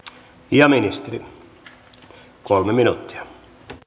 ja ministeri kolme minuuttia